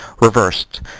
reversed